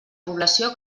població